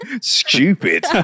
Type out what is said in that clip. Stupid